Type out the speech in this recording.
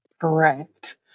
Correct